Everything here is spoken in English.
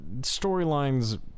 storylines